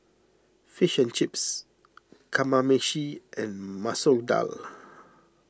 Fish and Chips Kamameshi and Masoor Dal